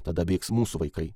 tada bėgs mūsų vaikai